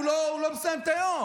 הוא לא מסיים את היום,